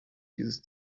dieses